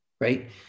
right